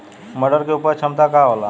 मटर के उपज क्षमता का होला?